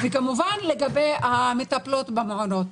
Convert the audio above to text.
וכמובן לגבי המטפלות במעונות.